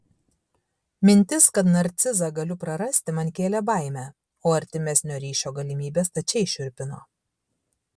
mintis kad narcizą galiu prarasti man kėlė baimę o artimesnio ryšio galimybė stačiai šiurpino